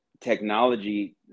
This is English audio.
technology